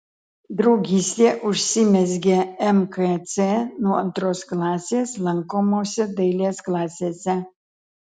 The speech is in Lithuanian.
draugystė užsimezgė mkc nuo antros klasės lankomose dailės klasėse